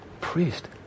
Priest